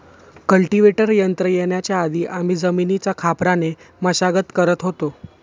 cultivator यंत्र येण्याच्या आधी आम्ही जमिनीची खापराने मशागत करत होतो